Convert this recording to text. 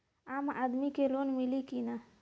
आम आदमी के लोन मिली कि ना?